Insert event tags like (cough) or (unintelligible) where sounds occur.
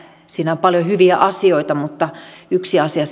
siinä on paljon hyviä asioita mutta yksi asia (unintelligible)